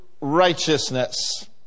righteousness